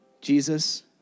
Jesus